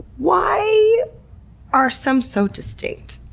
why are some so distinct?